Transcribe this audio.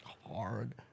Hard